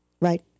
Right